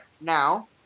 Now